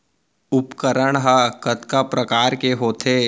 उपकरण हा कतका प्रकार के होथे?